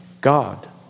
God